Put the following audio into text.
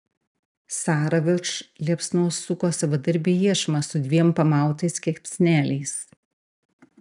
sara virš liepsnos suko savadarbį iešmą su dviem pamautais kepsneliais